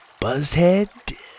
Buzzhead